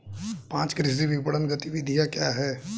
पाँच कृषि विपणन गतिविधियाँ क्या हैं?